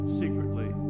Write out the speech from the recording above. secretly